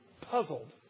puzzled